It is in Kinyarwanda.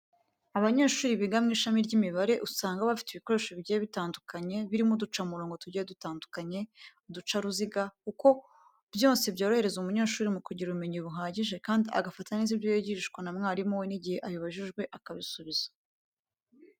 Abanyeshuri biga mu ishami ry'imibare usanga baba bafite ibikoresho bigiye bitandukanye birimo uducamurongo tugiye dutandukanye, uducaruziga kuko byose byorohereza umunyeshuri mu kugira ubumenyi buhagije kandi agafata neza ibyo yigishwa na mwarimu we n'igihe abibajijwe akabisubiza.